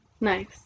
nice